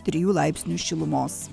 trijų laipsnių šilumos